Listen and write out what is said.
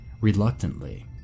reluctantly